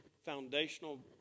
Foundational